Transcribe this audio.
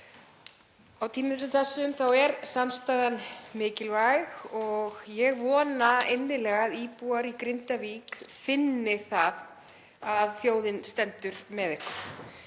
Á tímum sem þessum er samstaðan mikilvæg og ég vona innilega að íbúar í Grindavík finni það að þjóðin stendur með þeim.